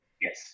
Yes